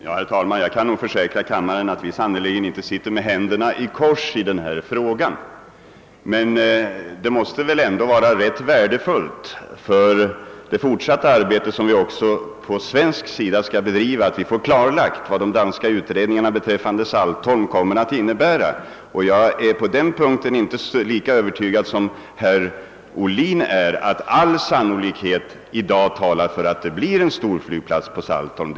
Herr talman! Jag kan försäkra kammaren att vi sannerligen inte sitter med händerna i kors vad beträffar denna fråga. Det måste väl anses vara värdefullt för det fortsatta arbete, som vi också på svensk sida skall bedriva, att få klarlagt vad de danska utredningarna om Saltholm kommer att innebära. Jag är inte lika övertygad som herr Ohlin om att all sannolikhet talar för en storflygplats på Saltholm.